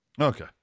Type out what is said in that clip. Okay